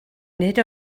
nid